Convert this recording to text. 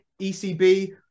ECB